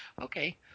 okay